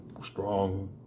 strong